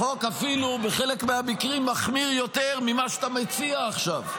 החוק אפילו בחלק מהמקרים מחמיר יותר ממה שאתה מציע עכשיו.